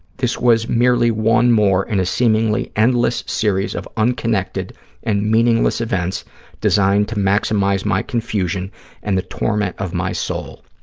this was merely one more in a seemingly endless series of unconnected and meaningless events designed to maximize my confusion and the torment of my soul.